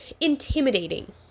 intimidating